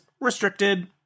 restricted